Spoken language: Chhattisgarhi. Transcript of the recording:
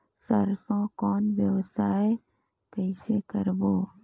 सरसो कौन व्यवसाय कइसे करबो?